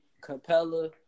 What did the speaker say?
Capella